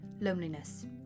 Loneliness